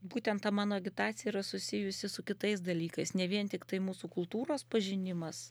būtent ta mano agitacija yra susijusi su kitais dalykais ne vien tiktai mūsų kultūros pažinimas